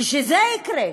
כשזה יקרה,